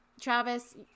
Travis